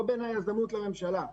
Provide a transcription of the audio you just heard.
לא בין היזמות לממשלה.